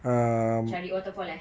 cari waterfall ah